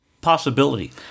possibility